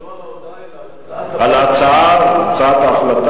זה לא על ההודעה, אלא על הצעת ההחלטה.